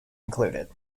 included